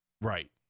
Right